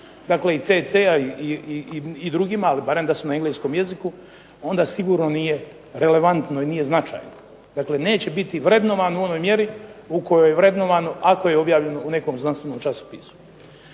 kako i CC-a i drugima ali barem da su na engleskom jeziku, onda sigurno nije relevantno i nije značajno. Dakle, neće biti vrednovano u onoj mjeri u kojoj je vrednovano ako je objavljeno u nekom znanstvenom časopisu.